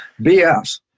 BS